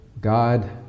God